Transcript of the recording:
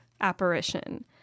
apparition